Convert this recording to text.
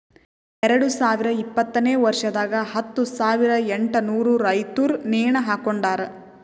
ಎರಡು ಸಾವಿರ ಇಪ್ಪತ್ತನೆ ವರ್ಷದಾಗ್ ಹತ್ತು ಸಾವಿರ ಎಂಟನೂರು ರೈತುರ್ ನೇಣ ಹಾಕೊಂಡಾರ್